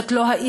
זאת לא העיר,